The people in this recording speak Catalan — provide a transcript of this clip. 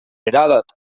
heròdot